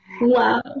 Wow